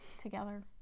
together